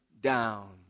down